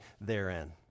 therein